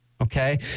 Okay